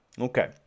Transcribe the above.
Okay